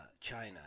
China